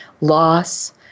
loss